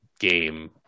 game